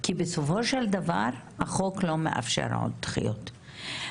כי בסופו של דבר החוק לא מאפשר עוד דחיות.